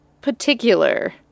particular